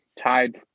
tied